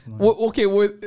okay